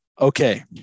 Okay